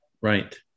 Right